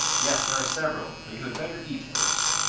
yes, there are several but you had better eat first.